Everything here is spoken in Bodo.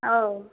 औ